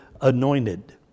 anointed